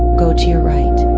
go to your right.